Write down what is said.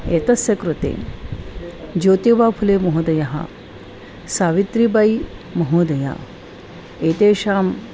एतस्य कृते ज्योतिबाफुलेमहोदयः सावित्रीबाईमहोदया एतेषाम्